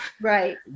Right